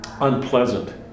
unpleasant